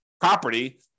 property